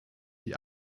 die